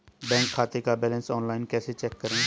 Bank खाते का balance online कैसे चेक करें?